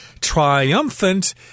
Triumphant